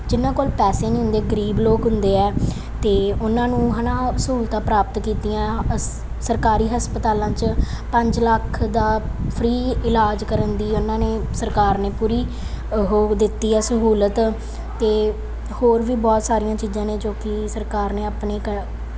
ਜਿਹਨਾਂ ਕੋਲ ਪੈਸੇ ਨਹੀਂ ਹੁੰਦੇ ਗਰੀਬ ਲੋਕ ਹੁੰਦੇ ਆ ਅਤੇ ਉਹਨਾਂ ਨੂੰ ਹੈ ਨਾ ਸਹੂਲਤਾਂ ਪ੍ਰਾਪਤ ਕੀਤੀਆਂ ਸ ਸਰਕਾਰੀ ਹਸਪਤਾਲਾਂ 'ਚ ਪੰਜ ਲੱਖ ਦਾ ਫਰੀ ਇਲਾਜ ਕਰਨ ਦੀ ਉਹਨਾਂ ਨੇ ਸਰਕਾਰ ਨੇ ਪੂਰੀ ਉਹ ਦਿੱਤੀ ਆ ਸਹੂਲਤ ਅਤੇ ਹੋਰ ਵੀ ਬਹੁਤ ਸਾਰੀਆਂ ਚੀਜ਼ਾਂ ਨੇ ਜੋ ਕਿ ਸਰਕਾਰ ਨੇ ਆਪਣੇ ਕ